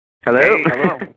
Hello